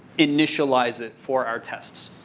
initialize it for our tests.